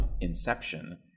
Inception